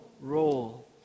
role